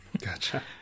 Gotcha